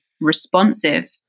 responsive